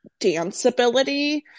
danceability